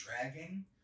dragging